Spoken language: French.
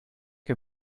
que